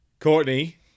Courtney